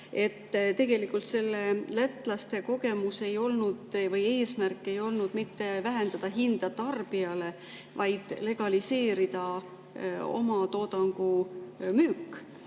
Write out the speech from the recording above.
Tegelikult lätlaste eesmärk ei olnud mitte vähendada hinda tarbijale, vaid legaliseerida oma toodangu müük